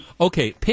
Okay